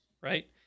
right